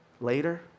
later